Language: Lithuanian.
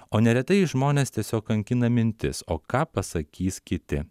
o neretai žmonės tiesiog kankina mintis o ką pasakys kiti